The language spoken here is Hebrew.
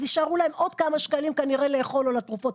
אז יישארו להם עוד כמה שקלים כנראה לאוכל או לתרופות.